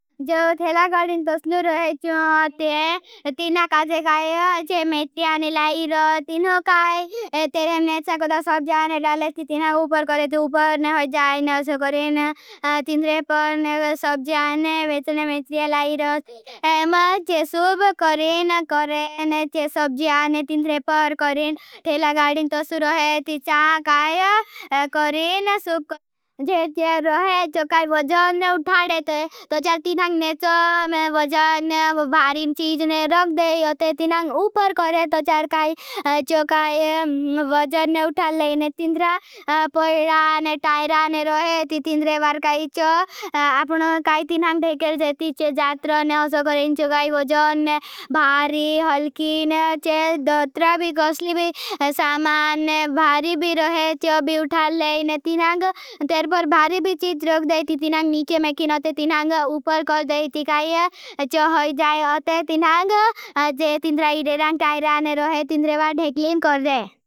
जो थेला गाड़िन तस्लू रहे चू। ते तीना काजे काई चे। मेट्रियाने लाईर तीनो काई। तेरे नेचा कोड़ा सब्जाने डाले ती तीना उपर करे ती उपर ने है। जाईने असो करेण तीन थेला गाड़िन सब्जाने वेटने मेट्रियाने लाईर ती एम चे सूब करेण करेण चे। सब्जाने तीन रेपर करेण थेला गाड़िन तस्लू रहे। ती चा काई करेण सूब करेण जे थे। रहे चो काई वजनने उठाडे ते तो चार तीन आंगने चो वजन भारीन चीजने रख देई। ते तीन आंग उपर करेण तो चार काई चो काई वजनने उठाडे लेईने। तीन थेला पोईडा ने टाईडा ने रहे ती तीन रेबर करेण। चो आपने काई तीन आंग जे थी। चो जात्र ने उसकरेण चो काई वजनने भारी हल्कीन चेल दत्रा भी कसली भी सामान भारी भी रहे। चो भी उठाल लेईन तीन आंग तेर पर भारी भी चीज रख देई। ती तीन आंग नीचे में कीन अते तीन आंग उपर कर देई चीकाई चो होई जाए। अते तीन आंग जे तिन्द्रा इदे रंग टाय रहे। तिन्द्रे वाड धेख लेन कर देई।